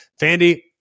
Fandy